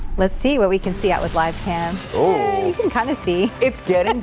let's see what we can see that with live cam or you can kind of see it's get and